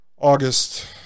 August